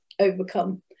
overcome